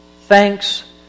thanks